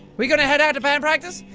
we gonna head out to bad practice?